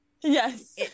Yes